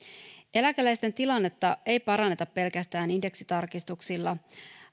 eläkeläisten tilannetta ei paranneta pelkästään indeksitarkistuksilla